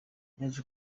yaje